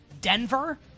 Denver